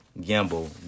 gamble